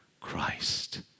Christ